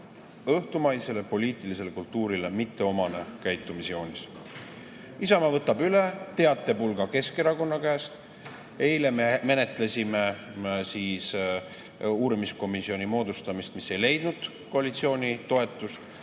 õhtumaisele poliitilisele kultuurile mitteomane käitumisjoon. Isamaa võtab teatepulga Keskerakonnalt üle. Eile me menetlesime uurimiskomisjoni moodustamist, mis ei leidnud koalitsiooni toetust,